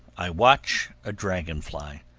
i watch a dragon-fly,